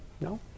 No